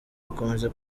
gukomeza